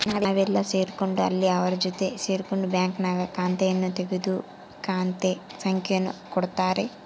ನಾವೆಲ್ಲೇ ಸೇರ್ಕೊಂಡ್ರು ಅಲ್ಲಿ ಅವರ ಜೊತೆ ಸೇರ್ಕೊಂಡು ಬ್ಯಾಂಕ್ನಾಗ ಖಾತೆಯನ್ನು ತೆಗೆದು ಖಾತೆ ಸಂಖ್ಯೆಯನ್ನು ಕೊಡುತ್ತಾರೆ